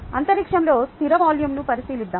అంతరిక్షంలో స్థిర వాల్యూమ్ను పరిశీలిద్దాం